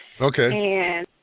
Okay